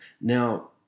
Now